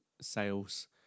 sales